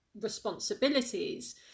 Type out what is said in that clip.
responsibilities